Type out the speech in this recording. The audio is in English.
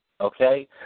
okay